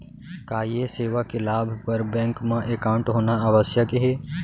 का ये सेवा के लाभ बर बैंक मा एकाउंट होना आवश्यक हे